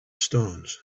stones